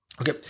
Okay